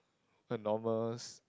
the normal s~